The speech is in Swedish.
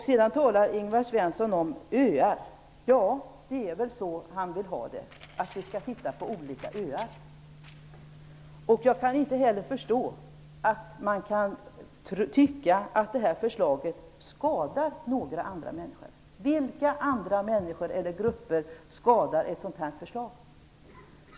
Sedan talar Ingvar Svensson om öar. Ja, det är väl så han vill ha det, att vi skall sitta på olika öar. Jag kan inte heller förstå att man kan tycka att det här förslaget skadar några andra människor. Vilka andra människor eller grupper skadar ett sådant här förslag?